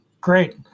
Great